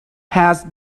had